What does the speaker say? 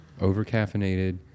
Over-caffeinated